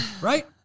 right